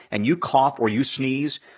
and you cough or you sneeze,